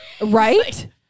right